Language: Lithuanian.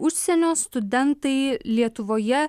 užsienio studentai lietuvoje